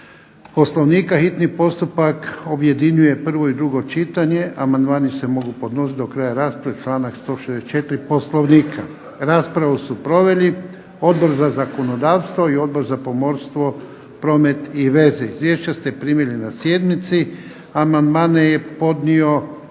Poslovnika hitni postupak objedinjuje prvo i drugo čitanje, amandmani se mogu podnositi do kraja rasprave članak 154. poslovnika. Raspravu su proveli Odbor za zakonodavstvo i Odbor za pomorstvo, promet i veze. Izvješća ste primili na sjednici, amandmane je podnio